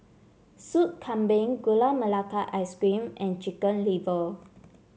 Soup Kambing Gula Melaka Ice Cream and Chicken Liver